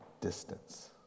distance